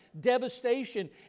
devastation